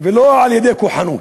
ולא על-ידי כוחנות,